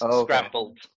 scrambled